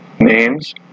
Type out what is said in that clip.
names